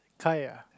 Kaya